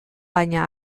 baina